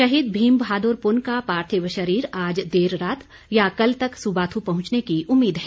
शहीद भीम बहादुर पुन का पार्थिव शरीर आज देर रात या कल तक सुबाथू पहुंचने की उम्मीद है